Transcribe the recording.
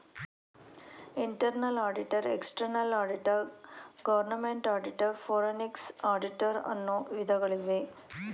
internal auditor, external auditor, government auditor, forensic auditor, ಅನ್ನು ವಿಧಗಳಿವೆ